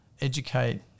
educate